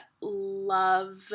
love